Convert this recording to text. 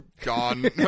gone